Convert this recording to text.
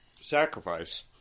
Sacrifice